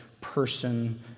person